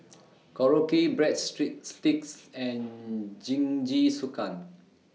Korokke Bread Street Sticks and Jingisukan